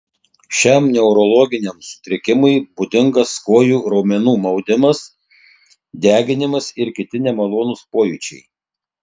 šiam neurologiniam sutrikimui būdingas kojų raumenų maudimas deginimas ir kiti nemalonūs pojūčiai